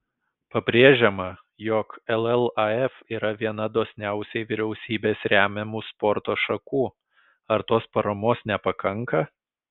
pabrėžiama jog llaf yra viena dosniausiai vyriausybės remiamų sporto šakų ar tos paramos nepakanka